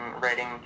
writing